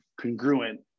congruent